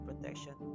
protection